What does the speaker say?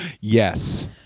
Yes